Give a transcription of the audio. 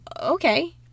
okay